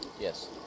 Yes